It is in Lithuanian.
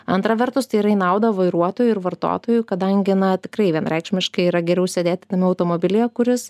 antra vertus tai yra į naudą vairuotojui ir vartotojui kadangi na tikrai vienareikšmiškai yra geriau sėdėti tame automobilyje kuris